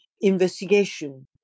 investigation